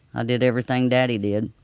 i did everything daddy did.